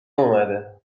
اومده